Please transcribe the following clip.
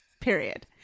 period